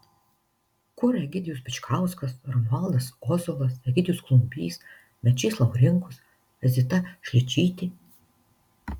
kur egidijus bičkauskas romualdas ozolas egidijus klumbys mečys laurinkus zita šličytė